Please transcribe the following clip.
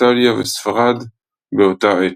איטליה וספרד באותה עת.